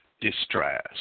distress